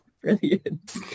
brilliant